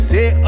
Say